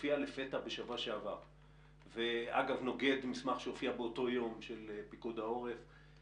שהופיע לפתע בשבוע שעבר ונוגד מסמך של פיקוד העורף שהופיע במקביל.